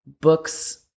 books